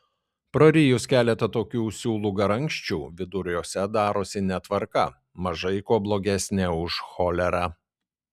prarijus keletą tokių siūlų garankščių viduriuose darosi netvarka mažai kuo blogesnė už cholerą